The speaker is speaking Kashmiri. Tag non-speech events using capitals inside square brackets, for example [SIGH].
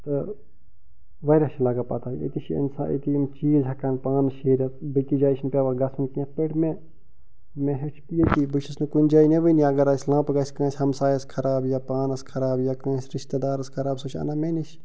تہٕ وارِیاہ چھِ لگان پتاہ أتی چھُ انسان أتی یم چیٖز ہیٚکان پانہٕ شیٖرتھ بیٚکہِ جایہِ چھُنہٕ پیٚوان گژھُن کیٚنہہ یِتھ پٲٹھۍ مےٚ مےٚ ہیٚوچھ ییٚتی بہٕ چھُس نہٕ کُنہِ جایہِ [UNINTELLIGIBLE] اگر اسہِ لنپ گژھِ کٲنسہِ ہمسایس خراب یا پانس خراب یا کٲنسہِ رشتہٕ دارس خراب سُہ چھُ انان مےٚ نش